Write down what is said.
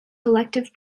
selective